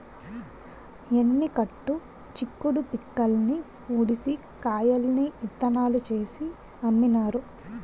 ఎన్ని కట్టు చిక్కుడు పిక్కల్ని ఉడిసి కాయల్ని ఇత్తనాలు చేసి అమ్మినారు